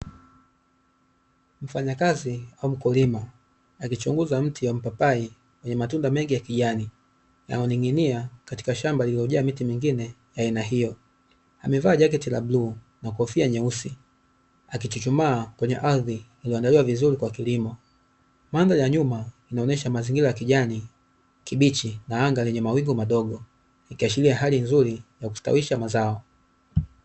Mfanyakazi au mkulima akichungua mti wa mpapai wenye matunda mengi ya kijani yanayoning'inia katika shamba lililojaa mingi mingine ya aina hiyo, amevaa jaketi la bluu na kofia nyeusi akichuchumaa kwenye ardhi iliyoandaliwa vizuri kwa kilimo, mandhari ya nyuma inaonesha mazingira ya kijani na anga lenye mawingu madogo ikiashilia hari nzuri ya kustawisha mazao.